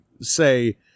say